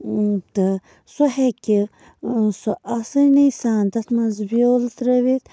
تہٕ سۄ ہیٚکہِ سۄ آسٲنی سان تَتھ منٛز بیول تٔرٲوِتھ